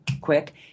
quick